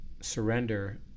surrender